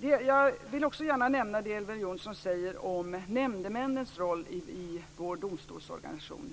Jag vill också gärna nämna det Elver Jonsson säger om nämndemännens roll i vår domstolsorganisation.